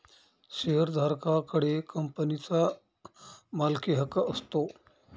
शेअरधारका कडे कंपनीचा मालकीहक्क असतो